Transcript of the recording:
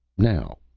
now,